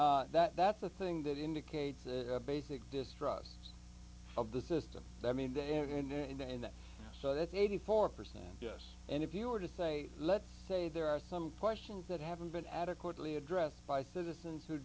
but that that's the thing that indicates a basic distrust of the system i mean they are in there in the in that so that eighty four percent yes and if you were to say let's say there are some questions that haven't been adequately addressed by citizens who